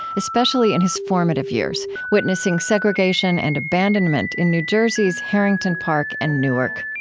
especially in his formative years witnessing segregation and abandonment in new jersey's harrington park and newark.